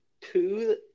two